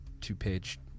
two-page